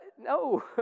no